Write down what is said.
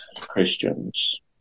Christians